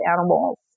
animals